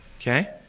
Okay